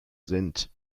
sind